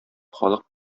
халык